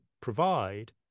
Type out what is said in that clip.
provide